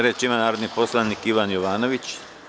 Reč ima narodni poslanik Ivan Jovanović.